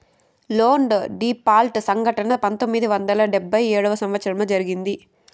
loan default సంఘటన పంతొమ్మిది వందల డెబ్భై ఏడవ సంవచ్చరంలో జరిగింది